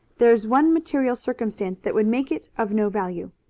there is one material circumstance that would make it of no value.